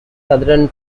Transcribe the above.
southern